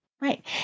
Right